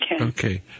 Okay